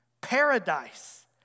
Paradise